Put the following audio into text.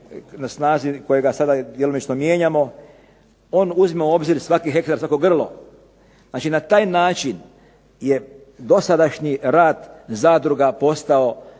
na snazi, kojega sada djelomično mijenjamo, on uzima u obzir svaki hektar. Znači na taj način je dosadašnji rad zadruga postao